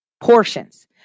portions